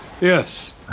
Yes